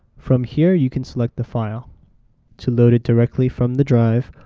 from here you can select the file to load it directly from the drive,